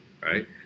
right